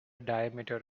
diameter